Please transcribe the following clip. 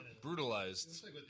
brutalized